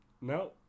No